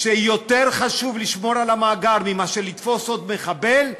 שיותר חשוב לשמור על המאגר מאשר לתפוס עוד מחבל,